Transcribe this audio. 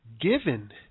given